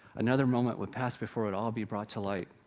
another moment would pass before it all be brought to light.